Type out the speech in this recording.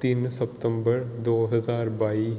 ਤਿੰਨ ਸਤੰਬਰ ਦੋ ਹਜ਼ਾਰ ਬਾਈ